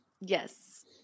Yes